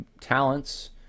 talents